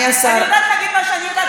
אני יודעת להגיד מה שאני יודעת.